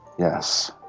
Yes